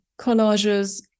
collages